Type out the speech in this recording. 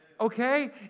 Okay